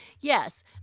Yes